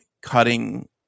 cutting